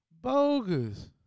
Bogus